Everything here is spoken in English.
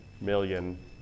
million